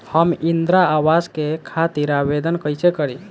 हम इंद्रा अवास के खातिर आवेदन कइसे करी?